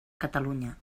catalunya